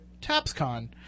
TAPSCon